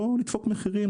בואו נדפוק מחירים,